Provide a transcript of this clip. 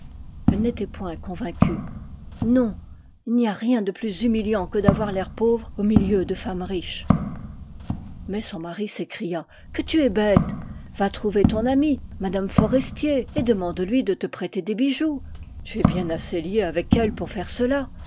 elle n'était point convaincue non il n'y a rien de plus humiliant que d'avoir l'air pauvre au milieu de femmes riches mais son mari s'écria que tu es bête va trouver ton amie jyme forestier et demande-lui de te prê er des bijoux tu es bien assez liée avec elle pour faire cela